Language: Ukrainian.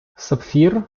сапфір